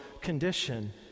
condition